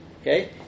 Okay